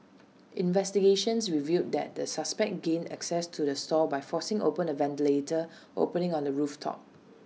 investigations revealed that the suspects gained access to the stall by forcing open A ventilator opening on the roof top